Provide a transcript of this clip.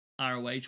ROH